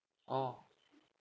orh